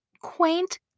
quaint